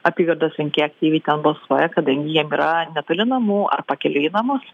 apygardos rinkėjai aktyviai ten balsuoja kadangi jiem yra netoli namų ar pakeliui į namus